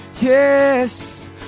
yes